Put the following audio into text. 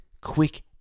quick